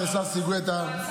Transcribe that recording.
יש לו ניגוד עניינים.